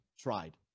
tried